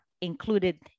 included